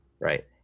right